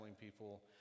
people